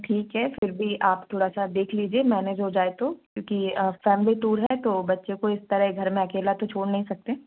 ठीक है फिर भी आप थोड़ा सा देख लीजिए मैनेज हो जाए तो क्योंकि फैमिली टूर है तो बच्चे को इस तरह घर में अकेला तो छोड़ नहीं सकते